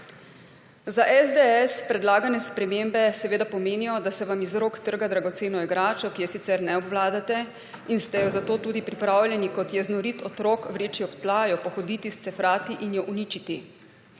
Za SDS predlagane spremembe seveda pomenijo, da se vam iz rok trga dragocena igrača, ki je sicer ne obvladate in ste jo zato tudi pripravljeni kot jeznorit otrok vreči ob tla, jo pohoditi, scefrati in jo uničiti.